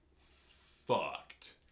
fucked